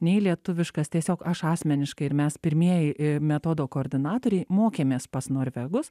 nei lietuviškas tiesiog aš asmeniškai ir mes pirmieji metodo koordinatoriai mokėmės pas norvegus